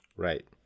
Right